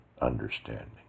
understanding